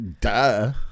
duh